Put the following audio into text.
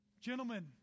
Gentlemen